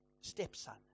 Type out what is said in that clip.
stepson